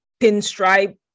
pinstripe